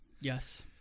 Yes